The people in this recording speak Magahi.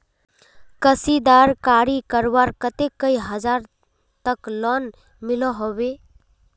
कशीदाकारी करवार केते कई हजार तक लोन मिलोहो होबे?